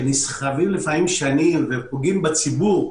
שנסחבים לפעמים שנים ופוגעים בציבור.